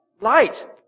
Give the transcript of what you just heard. light